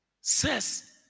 Says